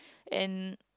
and